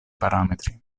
parametri